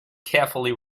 carefully